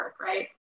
Right